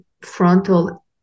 frontal